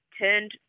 turned